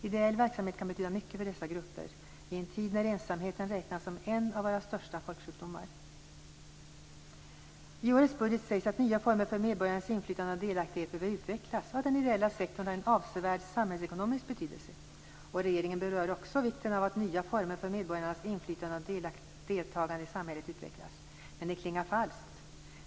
Ideell verksamhet kan betyda mycket för dessa grupper i en tid när ensamheten räknas som en av våra största folksjukdomar. I årets budget sägs det att nya former för medborgarnas inflytande och delaktighet behöver utvecklas och att den ideella sektorn har en avsevärd samhällsekonomisk betydelse. Regeringen berör också vikten av att nya former för medborgarnas inflytande och deltagande i samhället utvecklas, men det klingar falskt.